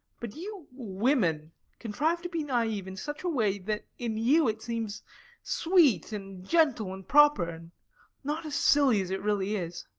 but you women contrive to be naive in such a way that in you it seems sweet, and gentle, and proper, and not as silly as it really is.